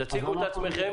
תציגו את עצמכם.